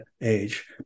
age